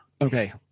Okay